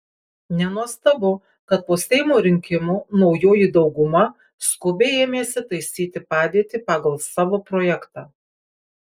nenuostabu kad po seimo rinkimų naujoji dauguma skubiai ėmėsi taisyti padėtį pagal savo projektą